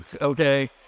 okay